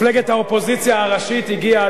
מפלגת האופוזיציה הראשית הגיעה,